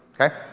Okay